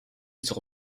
sera